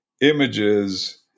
images